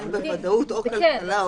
זה כן,